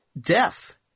death